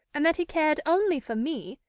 and that he cared only for me,